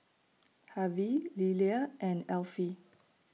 Harvy Lilia and Elfie